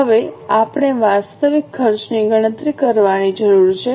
હવે આપણે વાસ્તવિક ખર્ચની ગણતરી કરવાની જરૂર છે